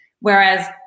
Whereas